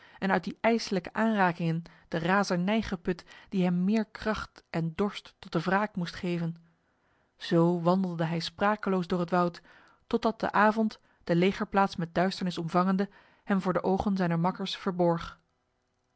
en uit die ijselijke aanrakingen de razernij geput die hem meer kracht en dorst tot de wraak moest geven zo wandelde hij sprakeloos door het woud totdat de avond de legerplaats met duisternis omvangende hem voor de ogen zijner makkers verborg